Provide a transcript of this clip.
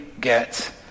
get